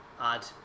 add